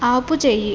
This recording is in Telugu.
ఆపుచేయి